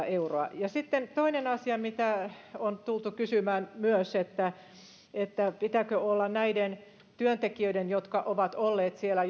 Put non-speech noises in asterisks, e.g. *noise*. *unintelligible* euroa sitten toinen asia mitä on tultu kysymään myös on se pitääkö näiden työntekijöiden jotka ovat olleet siellä *unintelligible*